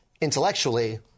intellectually